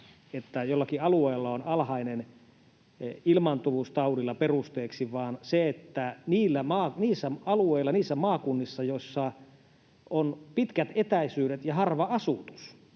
että jollakin alueella on taudilla alhainen ilmaantuvuus, vaan että niillä alueilla, niissä maakunnissa, joissa on pitkät etäisyydet ja harva asutus,